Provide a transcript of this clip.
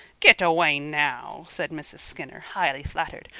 git away now! said mrs. skinner, highly flattered.